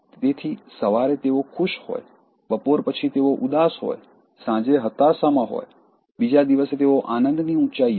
તેથી સવારે તેઓ ખુશ હોય બપોર પછી તેઓ ઉદાસ હોય સાંજે હતાશામાં હોય બીજા દિવસે તેઓ આનંદની ઊંચાઈએ હોય